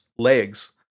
legs